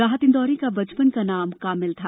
राहत इंदौरी का बचपन का नाम कामिल था